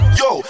yo